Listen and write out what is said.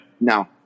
no